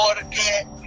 porque